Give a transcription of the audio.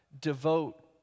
Devote